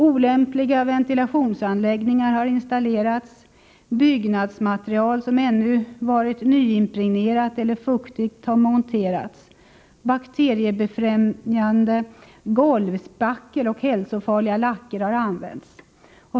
Olämpliga ventilationsanläggningar har installerats, byggnadsmaterial som ännu varit nyimpregnerat eller fuktigt har monterats och bakteriebefrämjande golvspackel och hälsofarliga lacker har använts.